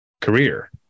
career